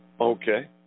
Okay